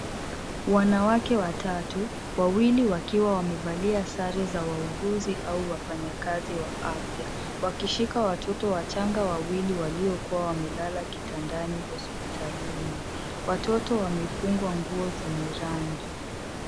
Wanawake watatu, wawili wakiwa wamevalia sare za wauguzi au wafanyakazi wa afya. Wakishika watoto wachanga wawili, waliokuwa wamelala kitandani, hospitalini. Watoto wamefungwa nguo zenye rangi.